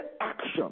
action